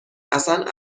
اصن